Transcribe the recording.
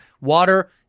Water